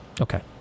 Okay